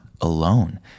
alone